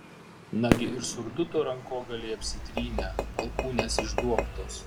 nagi ir surduto rankogaliai apsitrynę alkūnės išduobtos